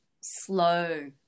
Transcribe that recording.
slow